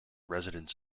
residents